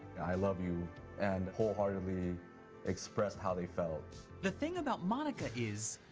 i love you and wholeheartedly expressed how they felt. the thing about monica is,